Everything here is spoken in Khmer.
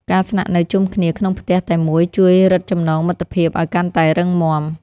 ការស្នាក់នៅជុំគ្នាក្នុងផ្ទះតែមួយជួយរឹតចំណងមិត្តភាពឱ្យកាន់តែរឹងមាំ។